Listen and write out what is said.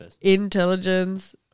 Intelligence